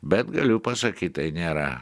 bet galiu pasakyt tai nėra